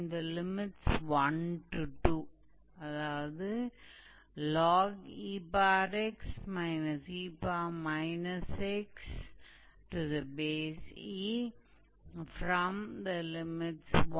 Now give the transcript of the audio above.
तो हम लिख सकते हैं हम जानते हैं कि अगर हमारे पास 𝑑𝑧z जैसा कुछ है तब हम logz लिखते हैं